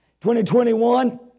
2021